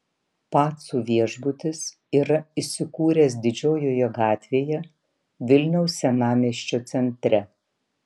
pacų viešbutis yra įsikūręs didžiojoje gatvėje vilniaus senamiesčio centre